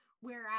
Whereas